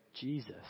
Jesus